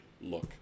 look